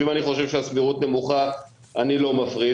ואם אני חושב שהסבירות נמוכה אני לא מפריש.